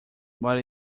what